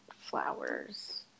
flowers